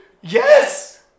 Yes